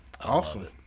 awesome